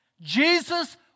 Jesus